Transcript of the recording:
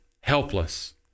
helpless